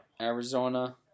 Arizona